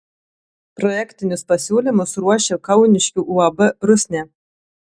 projektinius pasiūlymus ruošė kauniškių uab rusnė